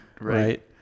right